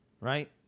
right